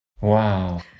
Wow